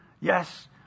Yes